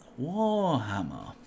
Warhammer